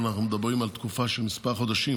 אנחנו מדברים על תקופה של מספר חודשים,